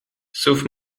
sauf